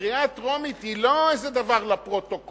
קריאה טרומית היא לא איזה דבר לפרוטוקול,